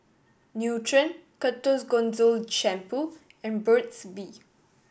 Nutren Ketoconazole Shampoo and Burt's Bee